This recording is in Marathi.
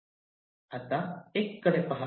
आता 1 कडे पहा